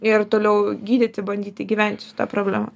ir toliau gydyti bandyti gyventi su ta problema